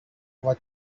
what